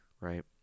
right